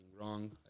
wrong